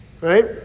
right